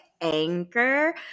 Anchor